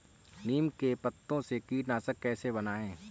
नीम के पत्तों से कीटनाशक कैसे बनाएँ?